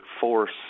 force